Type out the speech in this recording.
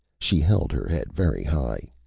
she held her head very high.